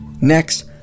Next